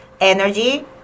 energy